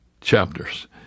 chapters